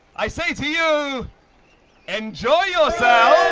i say to you enjoy yourselves!